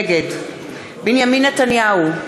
נגד בנימין נתניהו,